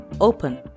Open